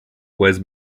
was